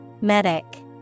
Medic